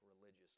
religious